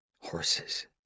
Horses